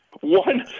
one